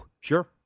Sure